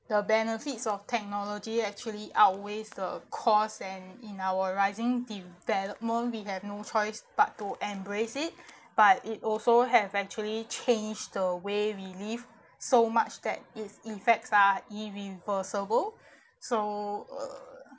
the benefits of technology actually outweighs the cost and in our rising development we have no choice but to embrace it but it also have actually changed the way we live so much that its effects are irreversible so err